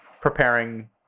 preparing